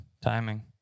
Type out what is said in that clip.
Timing